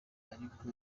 ariko